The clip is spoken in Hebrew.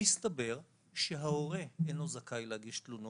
מסתבר שההורה אינו זכאי להגיש תלונות.